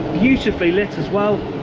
beautifully lit as well,